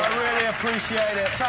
appreciate it.